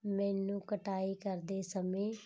ਮੈਨੂੰ ਕਟਾਈ ਕਰਦੇ ਸਮੇਂ